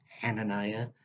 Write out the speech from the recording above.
Hananiah